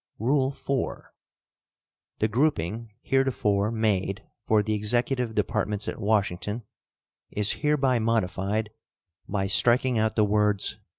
rule four the grouping heretofore made for the executive departments at washington is hereby modified by striking out the words